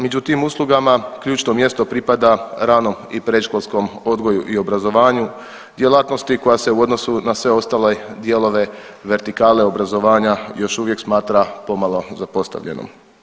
Među tim uslugama ključno mjesto pripada ranom i predškolskom odgoju i obrazovanju djelatnosti koja se u odnosu na sve ostale dijelove vertikale obrazovanja još uvijek smatra pomalo zapostavljenom.